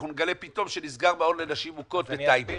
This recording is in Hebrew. אנחנו נגלה פתאום שנסגר מעון לנשים מוכות בטייבה